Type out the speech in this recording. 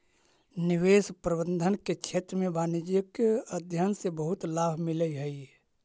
निवेश प्रबंधन के क्षेत्र में वाणिज्यिक अध्ययन से बहुत लाभ मिलऽ हई